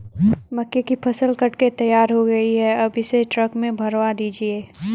मक्के की फसल कट के तैयार हो गई है अब इसे ट्रक में भरवा दीजिए